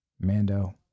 Mando